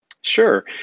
Sure